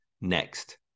next